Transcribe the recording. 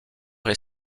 est